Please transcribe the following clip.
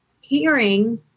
hearing